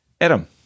Adam